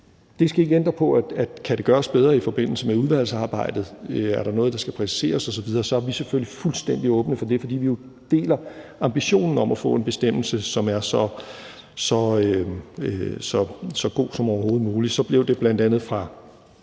Det skal ikke ændre på, at kan det gøres bedre i forbindelse med udvalgsarbejdet, og er der noget, der skal præciseres osv., så er vi selvfølgelig fuldstændig åbne over for det, fordi vi jo deler ambitionen om at få en bestemmelse, som er så god som overhovedet muligt. Så blev der bl.a. fra